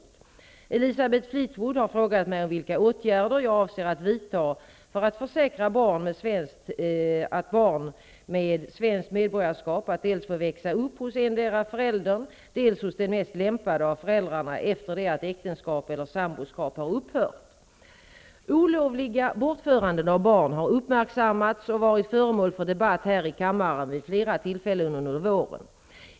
Elisabeth Fleetwood har frågat mig vilka åtgärder jag avser att vidta för att försäkra barn med svenskt medborgarskap att dels få växa upp hos endera föräldern, dels hos den mest lämpade av föräldrarna efter det att äktenskap eller samboskap har upphört. Olovliga bortföranden av barn har uppmärksammats och varit föremål för debatt här i kammaren vid flera tillfällen under våren.